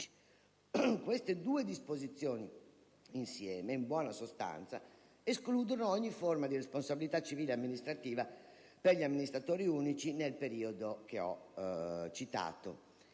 Queste due disposizioni insieme, in buona sostanza, escludono ogni forma di responsabilità civile e amministrativa per gli amministratori unici nel periodo citato.